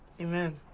Amen